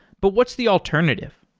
but what's the alternative?